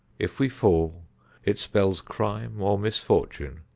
if we fall it spells crime or misfortune,